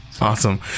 Awesome